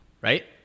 right